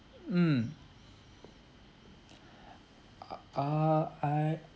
mm uh I